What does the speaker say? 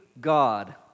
God